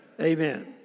Amen